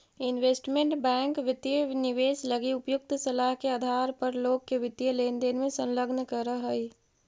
investment bank वित्तीय निवेश लगी उपयुक्त सलाह के आधार पर लोग के वित्तीय लेनदेन में संलग्न करऽ हइ